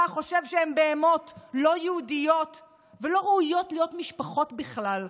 חושב שהן בהמות לא יהודיות ולא ראויות להיות משפחות בכלל,